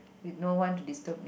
with no one to disturb me